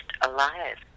alive